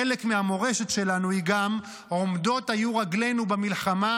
חלק מהמורשת שלנו היא גם: עומדות היו רגלינו במלחמה,